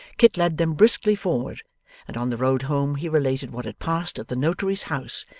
kit led them briskly forward and on the road home, he related what had passed at the notary's house,